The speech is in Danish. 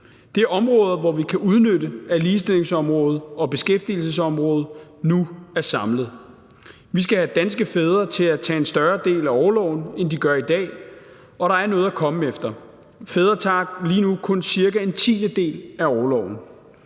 Det er områder, hvor vi kan udnytte, at ligestillingsområdet og beskæftigelsesområdet nu er samlet. Vi skal have danske fædre til at tage en større del af orloven, end de gør i dag. Og der er noget at komme efter. Fædre tager lige nu kun cirka en tiendedel af orloven.